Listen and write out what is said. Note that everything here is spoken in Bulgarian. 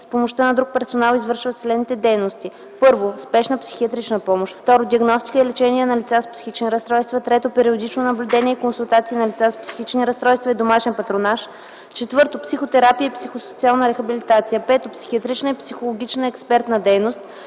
с помощта на друг персонал извършват следните дейности: 1. спешна психиатрична помощ; 2. диагностика и лечение на лица с психични разстройства; 3. периодично наблюдение и консултации на лица с психични разстройства и домашен патронаж; 4. психотерапия и психо-социална рехабилитация; 5. психиатрична и психологична експертна дейност;